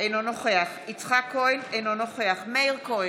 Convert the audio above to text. אינו נוכח יצחק כהן, אינו נוכח מאיר כהן,